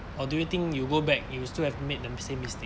or do you think you go back you still have made the same mistake